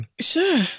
Sure